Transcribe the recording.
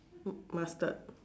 m~ mustard